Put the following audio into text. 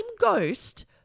ghost